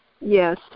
Yes